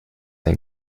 ein